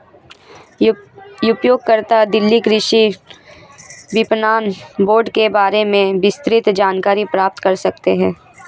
उपयोगकर्ता दिल्ली कृषि विपणन बोर्ड के बारे में विस्तृत जानकारी प्राप्त कर सकते है